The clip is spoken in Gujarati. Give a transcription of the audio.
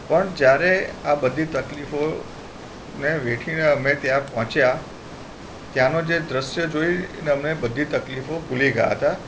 પણ જ્યારે આ બધી તકલીફો ને વેઠીને અમે ત્યાં પહોંચ્યા ત્યાંનો જે દૃશ્ય જોઈને અમને બધી તકલીફો ભૂલી ગયા હતા